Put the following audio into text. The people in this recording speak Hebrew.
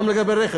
גם לגבי רכב,